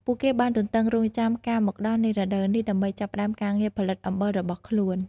ពួកគេបានទន្ទឹងរង់ចាំការមកដល់នៃរដូវនេះដើម្បីចាប់ផ្ដើមការងារផលិតអំបិលរបស់ខ្លួន។